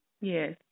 Yes